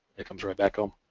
it comes right back home.